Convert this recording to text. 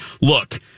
look